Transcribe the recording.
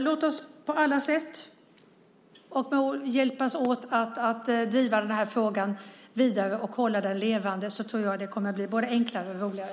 Låt oss på alla sätt hjälpas åt att driva frågan vidare och hålla den levande. Då tror jag att det kommer att bli både enklare och roligare.